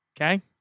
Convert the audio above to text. Okay